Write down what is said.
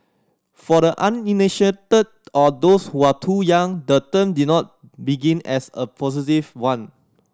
for the uninitiated or those who are too young the term did not begin as a positive one